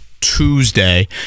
Tuesday